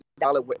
dollar